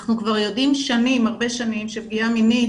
אנחנו כבר יודעים הרבה שנים שפגיעה מינית,